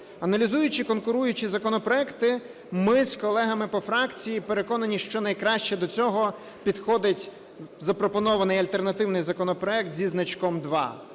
Аналізуючи конкуруючі законопроекти, ми з колегами по фракції переконані, що найкраще до цього підходить запропонований альтернативний законопроект зі значком 2.